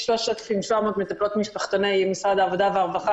כ-3,700 מטפלות משפחתוני משרד העבודה והרווחה